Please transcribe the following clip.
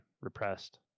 repressed